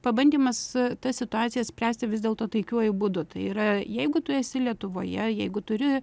pabandymas tą situaciją spręsti vis dėlto taikiuoju būdu tai yra jeigu tu esi lietuvoje jeigu turi